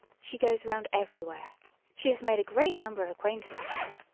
she goes round everywhere she has made a great number of acquaintances.